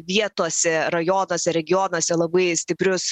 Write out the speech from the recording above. vietose rajonuose regionuose labai stiprius